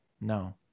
no